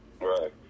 Right